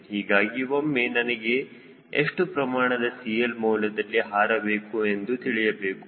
ಹೀಗಾಗಿ ಒಮ್ಮೆ ನನಗೆ ಎಷ್ಟು ಪ್ರಮಾಣದ CL ಮೌಲ್ಯದಲ್ಲಿ ಹಾರಬೇಕು ಎಂದು ತಿಳಿಯಬೇಕು